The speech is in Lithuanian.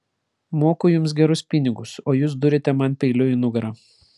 moku jums gerus pinigus o jūs duriate man peiliu į nugarą